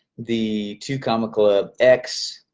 the two comma club x,